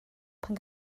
pan